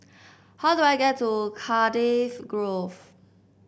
how do I get to Cardifi Grove